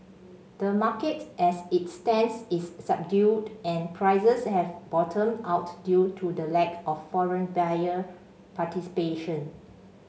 the market as it stands is subdued and prices have bottomed out due to the lack of foreign buyer participation